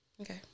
Okay